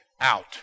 out